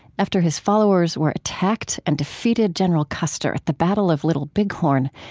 after his followers were attacked and defeated general custer at the battle of little bighorn,